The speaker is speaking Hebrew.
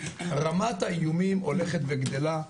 רמת האיומים הולכת וגדלה,